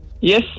Yes